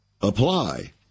apply